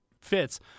fits